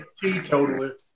teetotaler